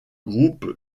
groupe